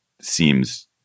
seems